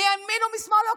מימין ומשמאל.